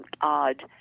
odd